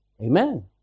Amen